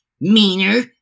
meaner